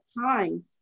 time